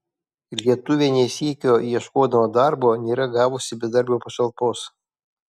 lietuvė ne sykio ieškodama darbo nėra gavusi bedarbio pašalpos